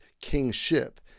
kingship